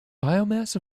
biomass